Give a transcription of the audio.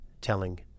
telling